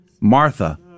Martha